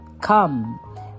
come